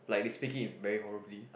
like they speak it very horribly